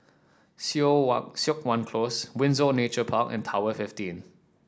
Siok Wan Close Windsor Nature Park and Tower Fifteen